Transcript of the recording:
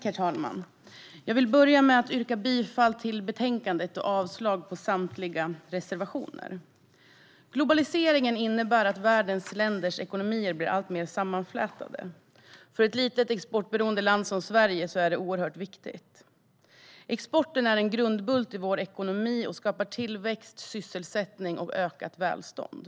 Herr talman! Jag börjar med att yrka bifall till utskottets förslag och avslag på samtliga reservationer. Globaliseringen innebär att världens länders ekonomier blir alltmer sammanflätade. För ett litet exportberoende land som Sverige är det viktigt. Exporten är en grundbult i vår ekonomi och skapar tillväxt, sysselsättning och ökat välstånd.